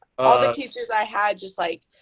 ah the teachers i had, just like,